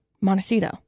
Montecito